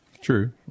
True